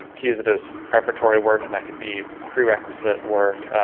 to use it as preparatory work, and that could be prerequisite work,